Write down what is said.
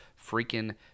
freaking